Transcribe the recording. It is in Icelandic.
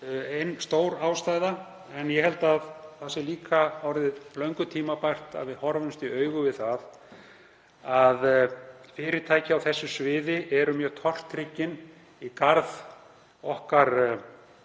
ein stór ástæða. En ég held að það sé líka orðið löngu tímabært að við horfumst í augu við það að fyrirtæki á þessu sviði eru mjög tortryggin í garð myntar